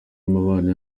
umubano